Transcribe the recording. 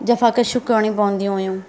जफ़ाकशियूं करणी पवंदियूं हुयूं